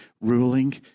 ruling